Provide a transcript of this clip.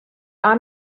i’m